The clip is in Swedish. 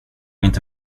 inte